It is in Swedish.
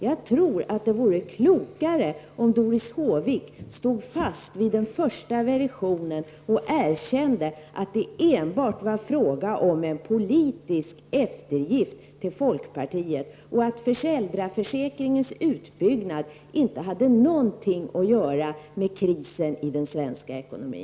Det vore nog klokare om Doris Håvik stod fast vid den första versionen och erkände att det enbart var fråga om en politisk eftergift till folkpartiet och att föräldraförsäkringens utbyggnad inte hade något att göra med krisen i den svenska ekonomin.